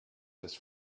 his